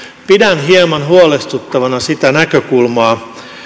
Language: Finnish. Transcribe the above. pidän hieman huolestuttavana sitä näkökulmaa